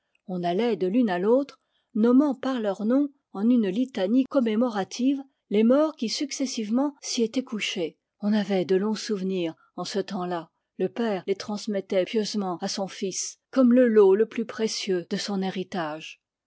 on allait de l'une à l'autre nommant par leurs noms en une litanie commémorative les morts qui successivement s'y étaient couchés on avait de longs souvenirs en ce temps-là le père les transmettait pieusement à son fils comme le lot le plus précieux de son héritage